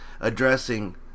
addressing